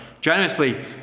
generously